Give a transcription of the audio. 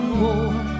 more